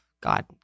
God